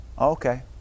okay